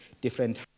different